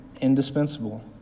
indispensable